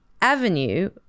avenue